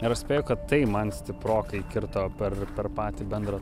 ir aš spėju kad tai man stiprokai kirto per per patį bendrą